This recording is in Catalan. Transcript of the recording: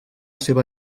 seva